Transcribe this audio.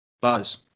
Buzz